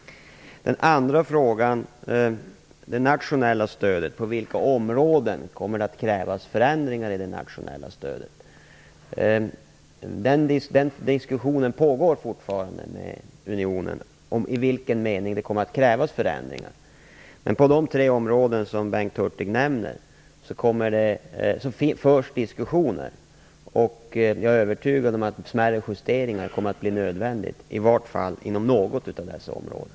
Den andra frågan gäller på vilka områden det kommer att krävas förändringar i det nationella stödet. Det pågår fortfarande en diskussion med unionen om i vilken mening det kommer att krävas förändringar. Det förs diskusioner kring de tre områden som Bengt Hurtig nämner. Jag är övertygad om att smärre justeringar kommer att bli nödvändiga, i varje fall inom något av dessa områden.